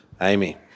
Amy